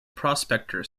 prospector